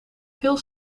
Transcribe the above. veel